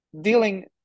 dealing